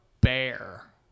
bear